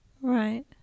Right